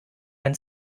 ein